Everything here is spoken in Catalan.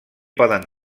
poden